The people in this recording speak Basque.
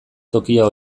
tokia